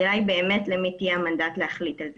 השאלה היא למי יהיה המנדט להחליט על זה.